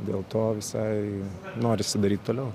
dėl to visai norisi daryt toliau